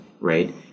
right